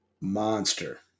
monster